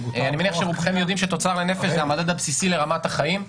אני מניח שרובכם יודעים שתוצר לנפש זה מדד בסיסי לרמת החיים.